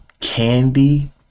candy